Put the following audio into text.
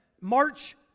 March